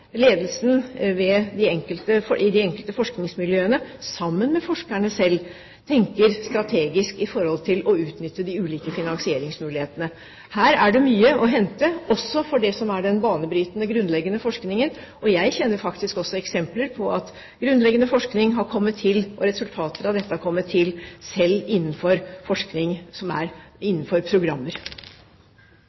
ledelsen ved de enkelte forskningsmiljøene sammen med forskerne selv tenker strategisk for å utnytte de ulike finansieringsmulighetene. Her er det mye å hente, også for den banebrytende, grunnleggende forskningen. Jeg kjenner faktisk også eksempler på at grunnleggende forskning har kommet til, og resultater av dette har kommet, selv for forskning innenfor programmer. Det blir gitt anledning til fire oppfølgingsspørsmål – først Svein Harberg. Det er